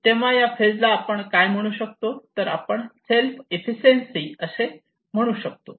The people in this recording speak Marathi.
तेव्हा या फेज ला आपण काय म्हणू शकतो तर आपण सेल्फ एफिशियन्सी असे म्हणू शकतो